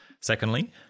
Secondly